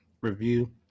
review